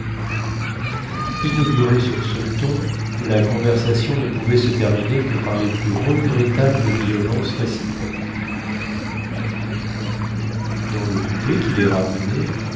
inaugurée sur ce ton la conversation ne pouvait se terminer que par les plus regrettables violences réciproques dans le coupé qui les ramenait